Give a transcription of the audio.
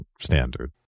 standard